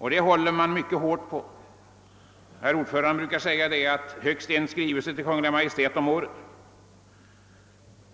är nämligen att motioner i frågor som är föremål för utredning avslås under hänvisning till sittande utredning.